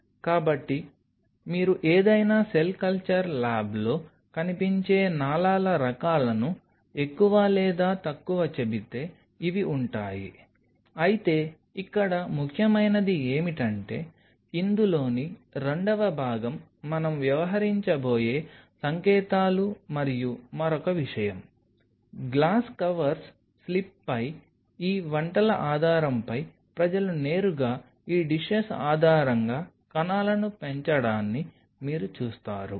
కాబట్టి మీరు ఏదైనా సెల్ కల్చర్ ల్యాబ్లో కనిపించే నాళాల రకాలను ఎక్కువ లేదా తక్కువ చెబితే ఇవి ఉంటాయి అయితే ఇక్కడ ముఖ్యమైనది ఏమిటంటే ఇందులోని 2వ భాగం మనం వ్యవహరించబోయే సంకేతాలు మరియు మరొక విషయం గ్లాస్ కవర్స్ స్లిప్పై ఈ వంటల ఆధారంపై ప్రజలు నేరుగా ఈ డిషెస్ ఆధారంగా కణాలను పెంచడాన్ని మీరు చూస్తారు